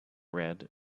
red